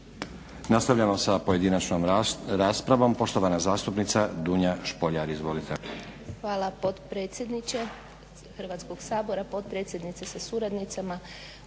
Nastavljamo sa pojedinačnom raspravom. Poštovana zastupnica Dunja Špoljar. Izvolite.